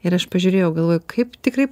ir aš pažiūrėjau galvoju kaip tikrai